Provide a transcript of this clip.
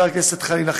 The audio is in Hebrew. חבר הכנסת חנין,